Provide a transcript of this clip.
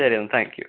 ശരി എന്നാൽ താങ്ക്യു